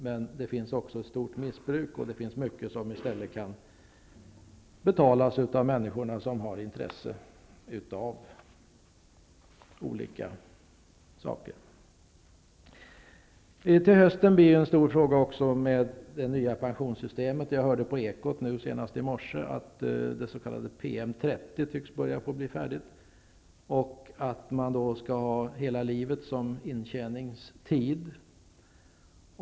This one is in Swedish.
Men det finns också ett stort missbruk, och det är mycket som i stället kan betalas av människor som har intresse av olika saker. Till hösten blir också det nya pensionssystemet en stor fråga. Jag hörde på Ekot senast i morse, att det s.k. PM 30 tycks börja bli färdigt, och att man skall ha hela livet som intjänandetid.